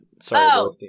Sorry